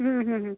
হুম হুঁ হুম